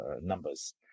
numbers